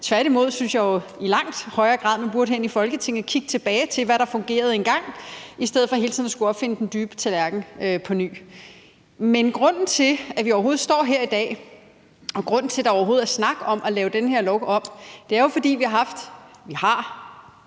tværtimod synes jeg, at man i langt højere grad herinde i Folketinget burde kigge tilbage til, hvad der fungerede engang, i stedet for hele tiden at skulle opfinde den dybe tallerken. Men grunden til, at vi står her i dag, og grunden til, at der overhovedet er en snak om at lave den her lov om, er jo, at vi har,